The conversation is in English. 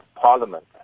Parliament